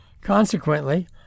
Consequently